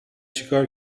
چیکار